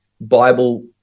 Bible